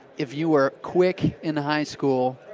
if you were quick in high school,